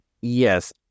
Yes